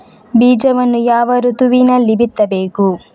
ಬೀಜವನ್ನು ಯಾವ ಋತುವಿನಲ್ಲಿ ಬಿತ್ತಬೇಕು?